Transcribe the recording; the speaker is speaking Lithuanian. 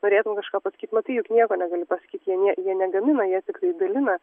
turėtum kažką pasakyt matai juk nieko negali pasakyt jie ne jie negamina jie tiktai dalina